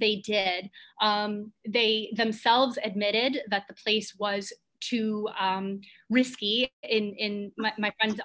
they did they themselves admitted that the place was too risky in and